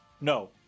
no